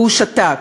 והוא שתק.